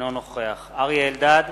אינו נוכח אריה אלדד,